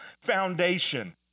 foundation